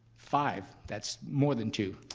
five. that's more than two,